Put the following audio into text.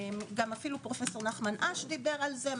אפילו פרופ' נחמן אש דיבר על זה,